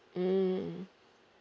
mm